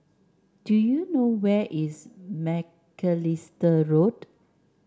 do you know where is Macalister Road